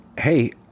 Hey